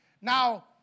Now